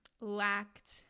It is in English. lacked